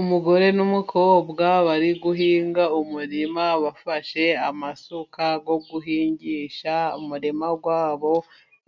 Umugore n'umukobwa bari guhinga umurima, bafashe amasuka yo guhingisha umurima wa bo,